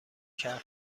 کرد